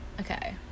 Okay